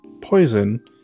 poison